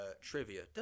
Trivia